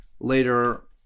later